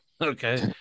Okay